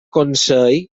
consell